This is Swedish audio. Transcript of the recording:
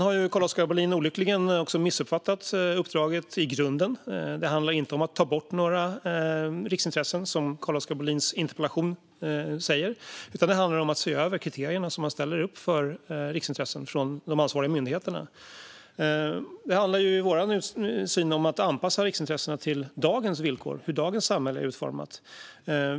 Carl-Oskar Bohlin har också olyckligtvis missuppfattat uppdraget i grunden. Det handlar inte om att ta bort några riksintressen, vilket sägs i Carl-Oskar Bohlins interpellation, utan det handlar om att se över de kriterier som ställs upp för riksintressen från de ansvariga myndigheterna. Enligt vår syn handlar det om att anpassa riksintressena till dagens villkor och till hur dagens samhälle är utformat.